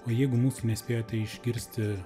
o jeigu mūsų nespėjote išgirsti